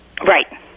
Right